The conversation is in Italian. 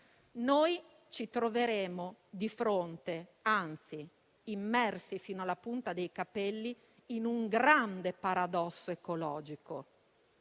ci troveremo di fronte, anzi immersi fino alla punta dei capelli in un grande paradosso ecologico